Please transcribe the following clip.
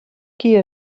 qui